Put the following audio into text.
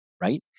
right